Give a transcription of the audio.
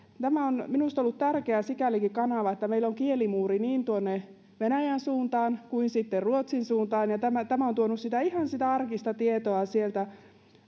tämä on minusta ollut tärkeä kanava sikälikin että meillä on kielimuuri niin tuonne venäjän suuntaan kuin sitten ruotsin suuntaan ja tämä on tuonut ihan sitä arkista tietoa sieltä